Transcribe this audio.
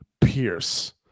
Pierce